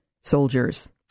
soldiers